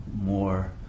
more